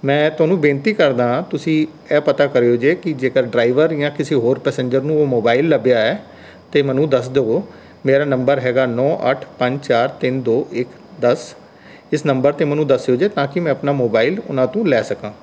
ਮੈਂ ਤੁਹਾਨੂੰ ਬੇਨਤੀ ਕਰਦਾ ਹਾਂ ਤੁਸੀਂ ਇਹ ਪਤਾ ਕਰਓ ਜੇ ਕਿ ਜੇਕਰ ਡਰਾਇਵਰ ਜਾਂ ਕਿਸੇ ਹੋਰ ਪਸੈਜਰ ਨੂੰ ਉਹ ਮੋਬਾਇਲ ਲੱਭਿਆ ਹੈ ਤਾਂ ਮੈਨੂੰ ਦੱਸ ਦੇਵੋ ਮੇਰਾ ਨੰਬਰ ਹੈਗਾ ਨੌਂ ਅੱਠ ਪੰਜ ਚਾਰ ਤਿੰਨ ਦੋ ਇੱਕ ਦਸ ਇਸ ਨੰਬਰ 'ਤੇ ਮੈਨੂੰ ਦੱਸਿਉ ਜੇ ਤਾਂਕਿ ਮੈਂ ਆਪਣਾ ਮੋਬਾਇਲ ਉਹਨਾਂ ਤੋਂ ਲੈ ਸਕਾਂ